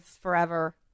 forever